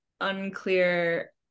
unclear